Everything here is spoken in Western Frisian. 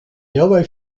healwei